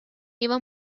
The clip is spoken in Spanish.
iba